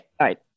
right